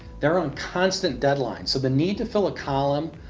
they are on constant deadline, so the need to fill a column,